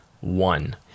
one